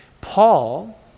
Paul